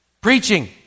Preaching